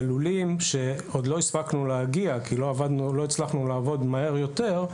בלולים שעוד לא הספקנו להגיע כי לא הצלחנו לעבוד מהר יותר,